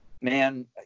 man